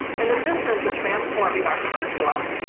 in addition to transforming our curriculum,